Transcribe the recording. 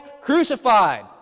crucified